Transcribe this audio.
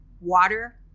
water